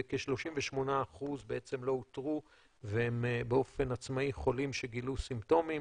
וכ-38% בעצם לא אותרו והם באופן עצמאי חולים שגילו סימפטומים.